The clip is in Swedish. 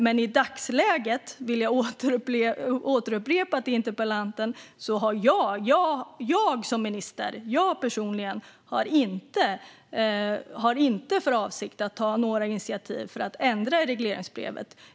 Men i dagsläget har jag personligen som minister inte, vill jag återupprepa för interpellanten, för avsikt att ta några initiativ för att ändra i regleringsbrevet.